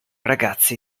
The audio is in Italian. ragazzi